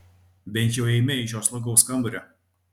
bent jau eime iš šio slogaus kambario